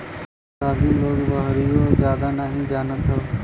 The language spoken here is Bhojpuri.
रागी लोग अबहिओ जादा नही जानत हौ